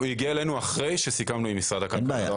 הוא הגיע אלינו אחרי שסיכמנו עם משרד הכלכלה.